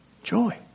Joy